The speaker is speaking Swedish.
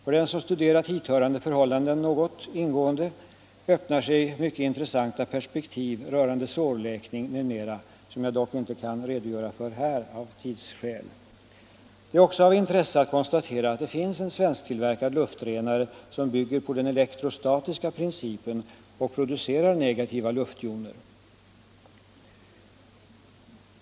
För den som studerat hithörande förhållanden något mer ingående öppnar sig mycket intressanta perspektiv rörande sårläkning m.m. som jag dock inte här kan redogöra för av tidsskäl. Det är också av intresse att konstatera att det finns en svensktillverkad luftrenare som bygger på den elektrostatiska principen och producerar negativa luftjoner.